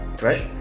Right